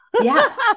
Yes